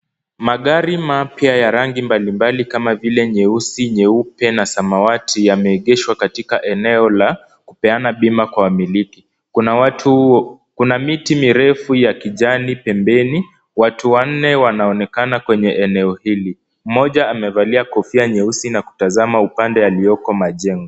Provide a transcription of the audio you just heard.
Magari mapya ya rangi mbalimbali kama vile nyeusi, nyeupe na samawati yameegeshwa katika eneo la kupeana bima kwa wamiliki. Kuna watu, kuna miti mirefu ya kijani pembeni, watu wanne wanaonekana kwenye eneo hili. Mmoja amevalia kofia nyeusi na kutazama upande yaliyoko majengo.